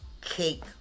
cake